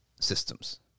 systems